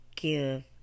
Give